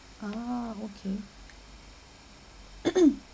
ah okay